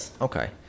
Okay